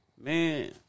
man